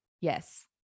Yes